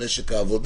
משק העבודה